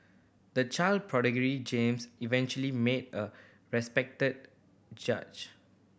a child prodigy James eventually make a respected judge